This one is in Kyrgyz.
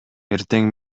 эртең